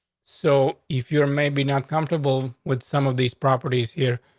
so if you're maybe not comfortable with some of these properties here,